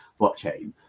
blockchain